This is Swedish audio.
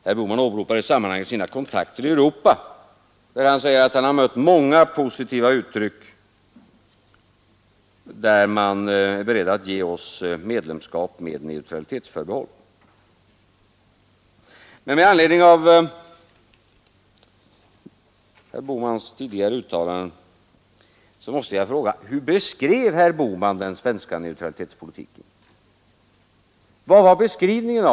Herr Bohman åberopade i sammanhanget sina kontakter ute i Europa. Han sade att han mött många positiva uttryck för att man var beredd att ge oss medlemskap med neutralitetsförbehåll. Med anledning av detta uttalande måste jag fråga: Hur beskrev herr Bohman då den svenska neutralitetspolitiken?